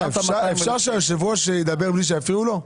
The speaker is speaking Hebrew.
סליחה, אפשר שיושב הראש ידבר בלי שיפריעו לו?